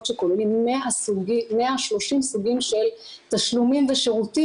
שכוללות 130 סוגים של תשלומים ושירותים,